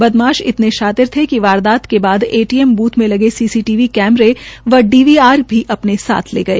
बदमाश इतने शातिर थे कि वारदात के बाद एटीएम ब्रथ में लगे सीसीटीवी कैमरे व डीवीआर भी अपने साथ ले गए